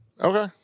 Okay